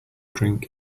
drink